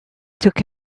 took